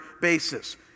basis